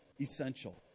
essential